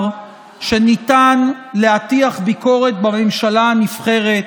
שניתן להטיח ביקורת בממשלה הנבחרת,